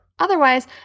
Otherwise